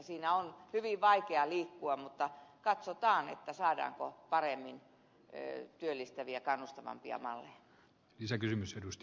siinä on hyvin vaikea liikkua mutta katsotaan saadaanko paremmin työllistäviä ja kannustavampia malleja